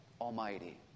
Almighty